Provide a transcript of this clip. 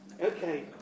Okay